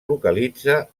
localitza